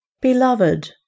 Beloved